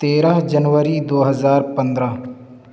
تیرہ جنوری دو ہزار پندرہ